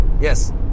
Yes